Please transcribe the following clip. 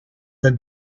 the